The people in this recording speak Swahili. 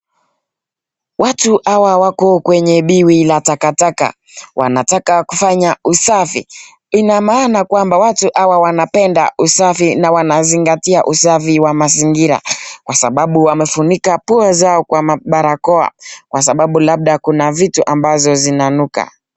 Watu hawa wako kwenye bwiwi la takataka, wanataka kufanya usafi. Ina maana kwamba watu hawa wanapenda usafi na wanazingatia usafi wa mazingira kwa sababu wamefunika pua zao kwa barakoa kwa sababu labda kuna vitu ambazo zinanuka.